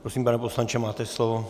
Prosím, pane poslanče, máte slovo.